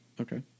Okay